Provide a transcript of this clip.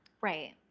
Right